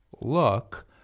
look